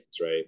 right